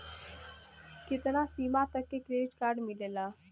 कितना सीमा तक के क्रेडिट कार्ड मिलेला?